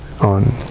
on